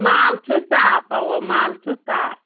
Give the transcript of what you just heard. مال چھُ صاف اَوا مال چھُ صاف